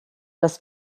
das